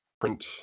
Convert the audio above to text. print